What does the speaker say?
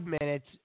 minutes